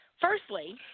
Firstly